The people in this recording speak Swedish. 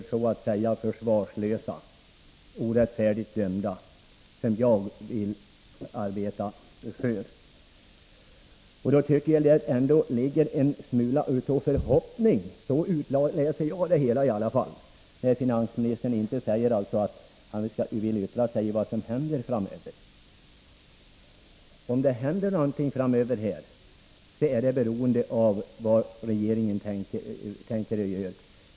Det är dessa försvarslösa och orättfärdigt 41 dömda människor som jag vill arbeta för. Jag tycker ändå att det finns en smula av förhoppning — det utläser jag i alla fall — när finansministern säger att han inte vill yttra sig om vad som händer framöver. Om det händer någonting framöver, så är det beroende av vad regeringen tänker göra.